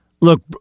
Look